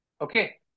Okay